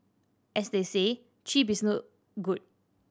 as they say cheap is no good